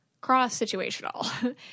cross-situational